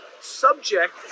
subject